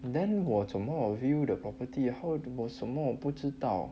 then 我怎么 view the property how 什么我不知道